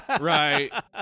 right